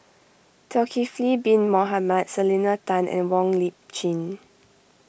Zulkifli Bin Mohamed Selena Tan and Wong Lip Chin